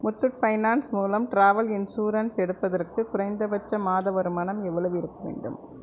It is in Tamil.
முத்தூட் ஃபைனான்ஸ் மூலம் டிராவல் இன்ஷுரன்ஸ் எடுப்பதற்கு குறைந்தபட்ச மாத வருமானம் எவ்வளவு இருக்கவேண்டும்